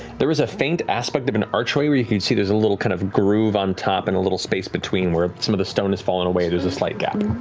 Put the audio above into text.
there is a faint aspect of an archway where you can see there's a little kind of groove on top and a little space between where some of the stone has fallen away, there's a slight gap.